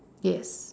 yes